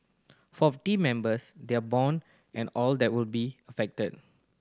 for team members their bone and all that will be affected